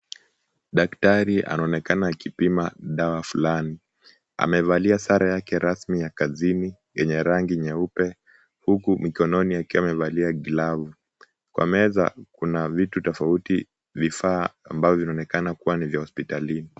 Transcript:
Daktari anaonekana akipima dawa fulani, amevalia sare zake rasmi za kazini yenye rangi nyeupe, huku mikononi amevalia glavu kwa meza kuna vitu tofauti vifaa ambavyo vinaonekana kuwa ni vya hospitalini.